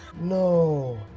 No